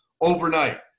overnight